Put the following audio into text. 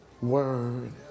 word